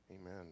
Amen